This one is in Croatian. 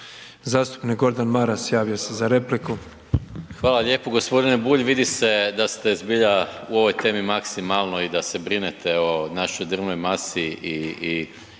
Zastupnik Gordan Maras javio se za repliku. **Maras, Gordan (SDP)** Hvala lijepo. g. Bulj vidi se da ste zbilja u ovoj temi maksimalno i da se brinete o našoj drvnoj masi i,